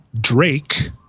Drake